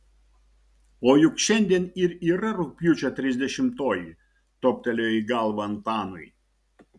o juk šiandien ir yra rugpjūčio trisdešimtoji toptelėjo į galvą antanui